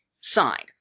signed